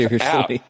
out